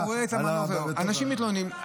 אתה רואה את המנוף, אנשים מתלוננים.